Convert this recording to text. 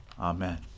Amen